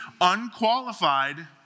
unqualified